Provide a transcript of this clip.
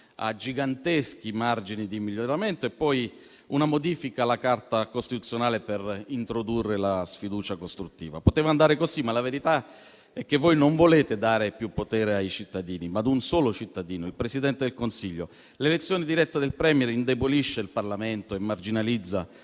ha giganteschi margini di miglioramento, e poi apportare una modifica alla Carta costituzionale per introdurre la sfiducia costruttiva. Poteva andare così, ma la verità è che voi volete dare più potere non ai cittadini, ma a un solo cittadino, il Presidente del Consiglio. L'elezione diretta del *Premier* indebolisce il Parlamento e marginalizza